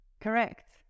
Correct